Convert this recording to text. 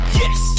yes